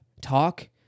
talk